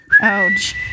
ouch